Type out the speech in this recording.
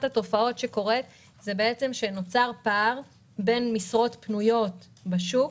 התופעות היא שנוצר פער בין משרות פנויות בשוק